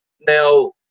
now